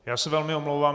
Já se velmi omlouvám.